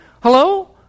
Hello